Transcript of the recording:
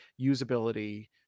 usability